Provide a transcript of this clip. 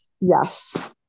yes